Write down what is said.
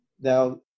Now